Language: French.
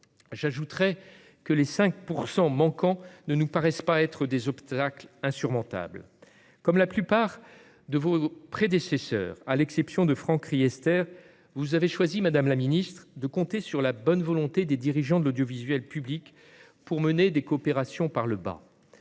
J'ajouterai que les 5 % qui manquent ne nous semblent pas des obstacles insurmontables. Comme la plupart de vos prédécesseurs, à l'exception de Franck Riester, vous avez choisi, madame la ministre, de compter sur la bonne volonté des dirigeants de l'audiovisuel public pour mener des coopérations « par le bas